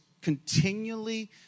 continually